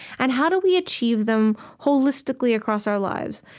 and how do we achieve them holistically across our lives?